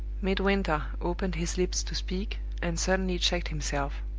midwinter opened his lips to speak, and suddenly checked himself.